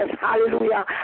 hallelujah